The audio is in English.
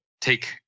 take